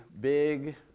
big